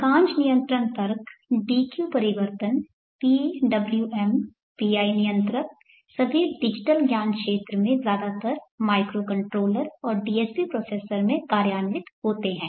अधिकांश नियंत्रण तर्क DQ परिवर्तन PWM PI नियंत्रक सभी डिजिटल ज्ञानक्षेत्र में ज्यादातर माइक्रोकंट्रोलर और DSP प्रोसेसर में कार्यान्वित होते हैं